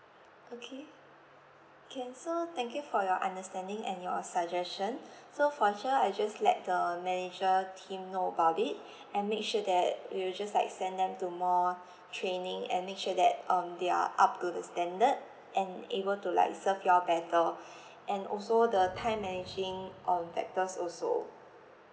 okay can so thank you for your understanding and your suggestion so for sure I just let the manager team know about it and make sure that we will just like send them to more training and make sure that um they are up to the standard and able to like serve you all better and also the time managing um factors also